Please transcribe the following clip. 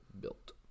built